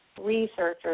researchers